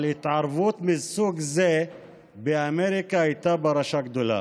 על התערבות מסוג זה באמריקה הייתה פרשה גדולה.